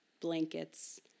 blankets